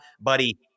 Buddy